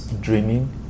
dreaming